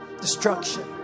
destruction